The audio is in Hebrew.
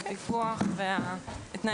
שזה הפיקוח ותנאי הכשירות.